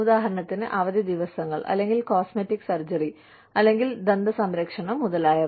ഉദാഹരണത്തിന് അവധി ദിവസങ്ങൾ അല്ലെങ്കിൽ കോസ്മെറ്റിക് സർജറി അല്ലെങ്കിൽ ദന്ത സംരക്ഷണം മുതലായവ